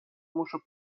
موشو